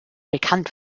bekannt